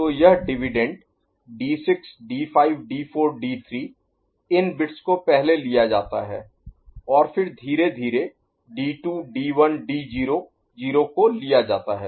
तो यह dividend D6 D5 D4D3 इन बिट्स को पहले लिया जाता है और फिर धीरे धीरे D2 D1 D0 0 को लिया जाता है